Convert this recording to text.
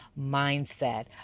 mindset